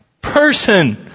person